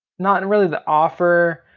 not and really the offer.